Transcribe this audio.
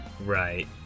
right